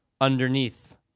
underneath